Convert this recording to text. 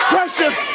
Precious